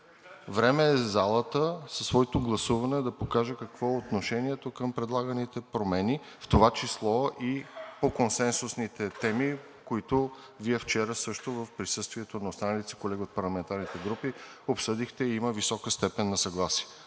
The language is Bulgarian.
Време е залата със своето гласуване да покаже какво е отношението към предлаганите промени, в това число и по консенсусните теми, които Вие вчера също в присъствието на останалите си колеги от парламентарните групи обсъдихте, и има висока степен на съгласие.